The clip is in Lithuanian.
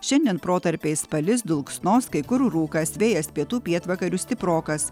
šiandien protarpiais palis dulksnos kai kur rūkas vėjas pietų pietvakarių stiprokas